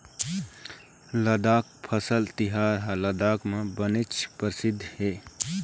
लद्दाख फसल तिहार ह लद्दाख म बनेच परसिद्ध हे